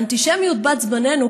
האנטישמיות בת-זמננו,